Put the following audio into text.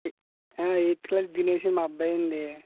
eighth class Dinesh మా అబ్బాయండి